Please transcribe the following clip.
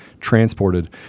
transported